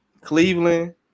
Cleveland